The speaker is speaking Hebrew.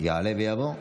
יעלה ויבוא.